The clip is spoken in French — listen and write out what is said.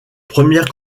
premières